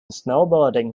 snowboarding